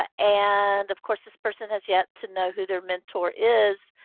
ah and of course, this person has yet to know who their mentor is.